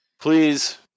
please